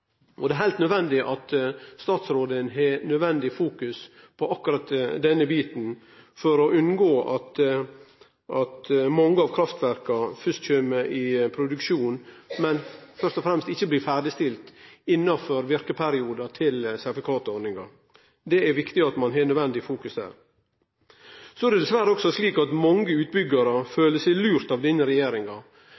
sertifikatordninga. Det er heilt nødvendig at statsråden har fokus på akkurat denne biten først og fremst for å unngå at mange av kraftverka ikkje blir ferdigstilte innanfor virkeperioden til sertifikatordninga. Det er viktig at ein har nødvendig fokus der. Så er det dessverre også slik at mange